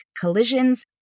Collisions